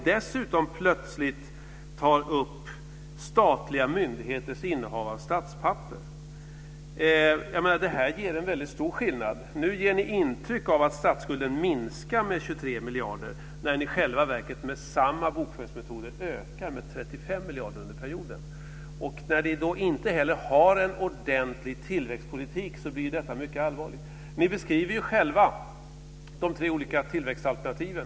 Dessutom tar ni plötsligt upp statliga myndigheters innehav av statspapper. Det är en stor skillnad. Nu ger ni intryck av att statsskulden minskar med 23 miljarder, när den i själva verket med samma bokföringsmetoder ökar med 35 miljarder under perioden. Detta blir mycket allvarligt när ni inte heller har en ordentlig tillväxtpolitik. Ni beskriver själva de tre olika tillväxtalternativen.